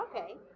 Okay